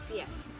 yes